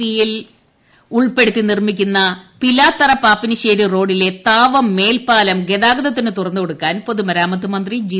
പിയിൽ ഉൾപ്പെടുത്തി നിർമിക്കുന്ന പിലാത്തറപാപ്പിനിശ്ശേരി റോഡിലെ മേൽപ്പാലം ഗതാഗതത്തിന് തുറന്നുകൊടുക്കാൻ പൊതുമരാമത്ത് മന്ത്രി ് ജി